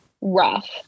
rough